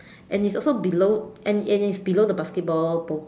and it's also below and and it's below the basketball pole